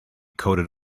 coated